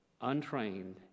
untrained